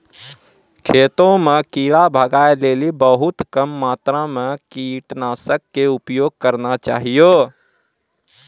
खेतों म कीड़ा भगाय लेली बहुत कम मात्रा मॅ कीटनाशक के उपयोग करना चाहियो